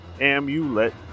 Amulet